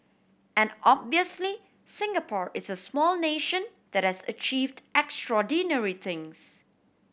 and obviously Singapore is a small nation that has achieved extraordinary things